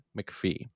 McPhee